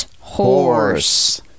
Horse